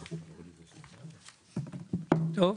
טוב,